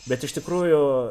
bet iš tikrųjų